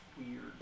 weird